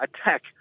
attack